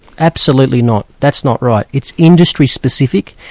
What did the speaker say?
absolutely not. that's not right. it's industry-specific,